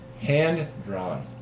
Hand-drawn